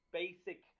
basic